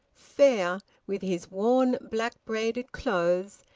fair, with his worn black-braided clothes,